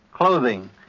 Clothing